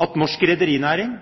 at norsk rederinæring,